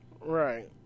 Right